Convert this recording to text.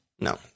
no